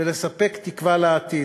ולספק תקווה לעתיד,